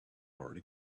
already